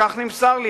כך נמסר לי,